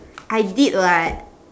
I did [what]